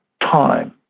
time